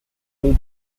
will